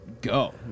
go